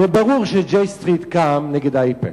הלוא ברור ש-J Street קם נגד איפא"ק.